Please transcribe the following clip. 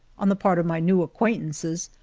on the part of my new acquaintances,